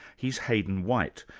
he's hayden white,